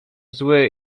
zły